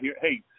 Hey